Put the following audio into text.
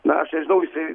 na aš nežinau jisai